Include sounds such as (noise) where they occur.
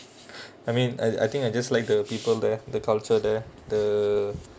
(breath) I mean I I think I just like the people there the culture there the